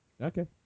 Okay